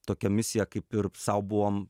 tokią misiją kaip ir sau buvom